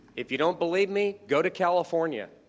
if you don't believe me, go to california,